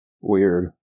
Weird